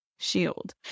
shield